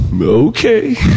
okay